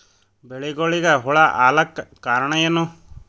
ಬೆಳಿಗೊಳಿಗ ಹುಳ ಆಲಕ್ಕ ಕಾರಣಯೇನು?